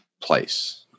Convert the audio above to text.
place